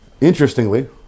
Interestingly